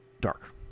dark